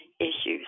issues